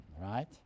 right